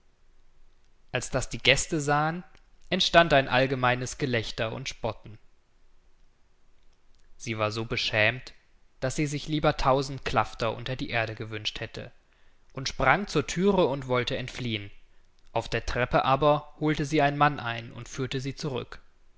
als das die gäste sahen entstand ein allgemeines gelächter und spotten sie war so beschämt daß sie sich lieber tausend klafter unter die erde gewünscht hätte und sprang zur thüre und wollte entfliehen auf der treppe aber holte sie ein mann ein und führte sie zurück